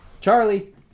Charlie